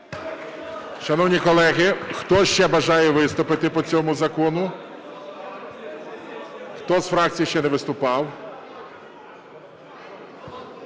Шановні колеги, хто ще бажає виступити по цьому закону? Хто з фракцій ще не виступав?